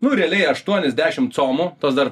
nu realiai aštuonis dešim comų tos dar